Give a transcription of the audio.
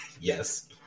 Yes